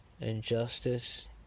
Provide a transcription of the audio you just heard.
Injustice